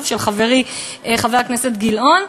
של חברי חבר הכנסת גילאון,